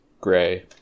gray